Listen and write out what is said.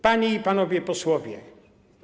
Panie i Panowie Posłowie!